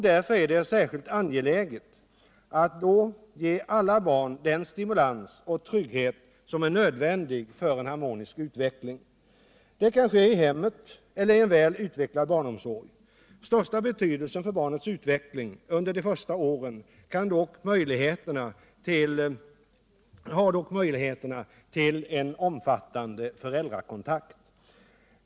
Därför är det särskilt angeläget att då ge alla barn den stimulans och trygghet som är nödvändig för en harmonisk utveckling. Det kan ske i hemmet eller i en väl utvecklad barnomsorg. Största betydelsen för barnets utveckling under de första åren har dock möjligheterna till en omfattande föräldrakontakt.